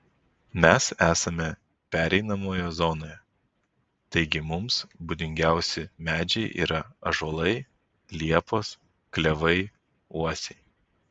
mes esame pereinamoje zonoje taigi mums būdingiausi medžiai yra ąžuolai liepos klevai uosiai